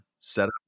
setup